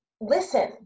listen